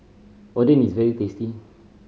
Oden is very tasty